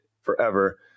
forever